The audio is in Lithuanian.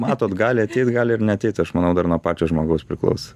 matot gali ateit gali ir neateit aš manau dar nuo pačio žmogaus priklauso